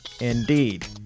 indeed